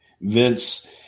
Vince